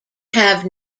have